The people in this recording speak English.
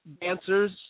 dancers